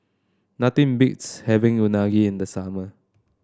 nothing beats having Unagi in the summer